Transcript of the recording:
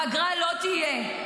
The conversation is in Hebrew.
פגרה לא תהיה.